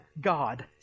God